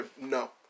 no